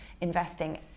investing